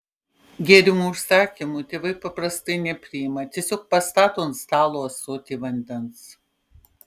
gėrimų užsakymų tėvai paprastai nepriima tiesiog pastato ant stalo ąsotį vandens